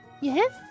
Yes